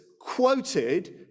quoted